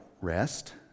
rest